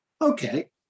okay